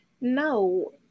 no